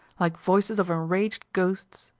like voices of enraged ghosts,